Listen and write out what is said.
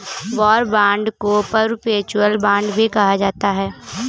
war bond को perpetual bond भी कहा जाता है